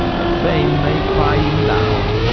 that fame may cry you aloud.